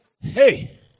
Hey